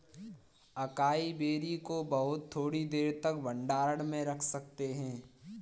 acai berry को बहुत थोड़ी देर तक भंडारण में रख सकते हैं